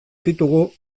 ditugu